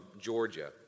Georgia